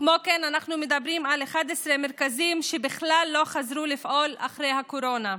כמו כן אנחנו מדברים על 11 מרכזים שבכלל לא חזרו לפעול אחרי הקורונה.